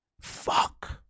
fuck